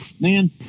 Man